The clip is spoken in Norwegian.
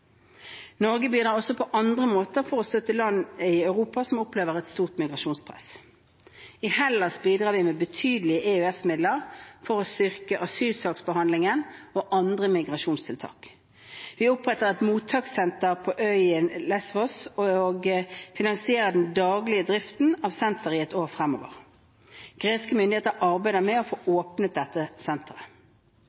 Norge bidrar også på andre måter for å støtte land i Europa som opplever et stort migrasjonspress. I Hellas bidrar vi med betydelige EØS-midler for å styrke asylsaksbehandlingen og andre migrasjonstiltak. Vi oppretter et mottakssenter på øya Lésvos og finansierer den daglige driften av senteret i ett år fremover. Greske myndigheter arbeider med å få åpnet dette senteret.